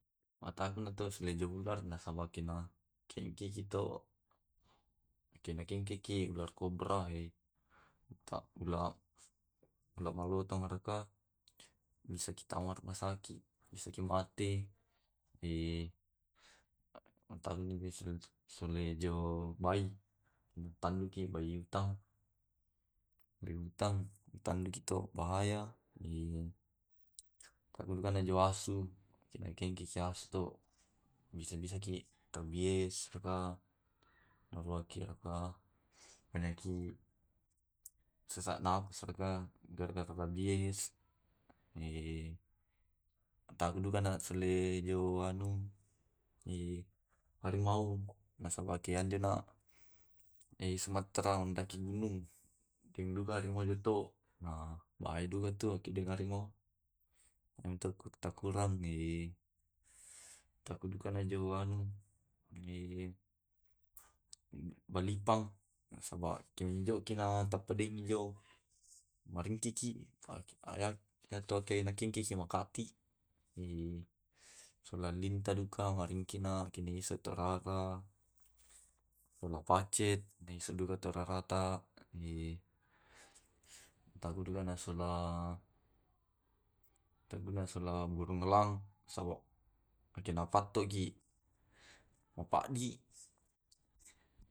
Mataku na to selenja ularna nasemakin na kengke. Iki to ke na kengkeki ular kobra eh ta ula ula malotong raka. Bisakita marma rumah saki, bisaki mate tallu solejo bai tanduki bayi utang. Bayi utang tanduki to bahaya tanukaki kojuasu. Kenakengkengki asu to bisa-bisaki rabies raka norwaki raka anaki sesak napas raka gara-gara rabies. talluka nasengaejo anu eh harimau nasaba keajuna ey sumatra mendaki gunung deng duka dengmajoto. Na bahaya duka to ki deng harimau en takutakurang Takudukanajo anu balipang, na saba jokinan tapadengi jo maringkiki nakengkese kaki. Sola linta duka maringki na isotorara sola pacet nae seduka torarata. tagudugana sola taguna sola burung elang nasaba akenanapattoki mapakddi.